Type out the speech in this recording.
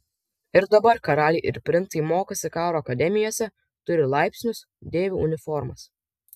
ir dabar karaliai ir princai mokosi karo akademijose turi laipsnius dėvi uniformas